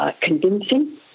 Convincing